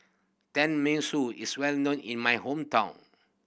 tenmusu is well known in my hometown